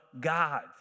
God